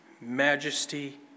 majesty